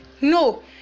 no